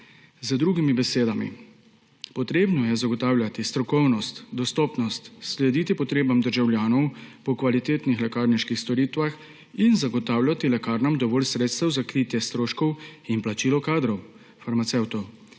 Z drugimi besedami, potrebno je zagotavljati strokovnost, dostopnost, slediti potrebam državljanov po kvalitetnih lekarniških storitvah in zagotavljati lekarnam dovolj sredstev za kritje stroškov in plačilo kadrov farmacevtu.